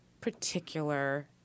particular